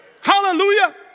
Hallelujah